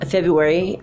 February